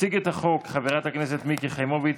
תציג את החוק חברת הכנסת מיקי חיימוביץ',